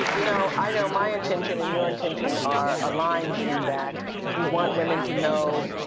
know, i know my intention and your intention are aligned in that we want women to know,